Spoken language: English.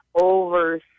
over